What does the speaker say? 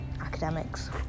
academics